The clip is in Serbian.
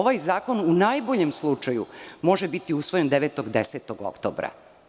Ovaj zakon, u najboljem slučaju, može biti usvojen 9, 10. oktobra.